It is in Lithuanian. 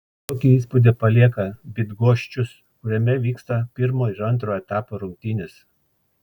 kokį įspūdį palieka bydgoščius kuriame vyksta pirmo ir antro etapo rungtynės